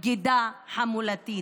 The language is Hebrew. בגידה חמולתית.